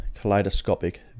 kaleidoscopic